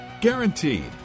guaranteed